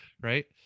right